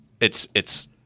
it's—it's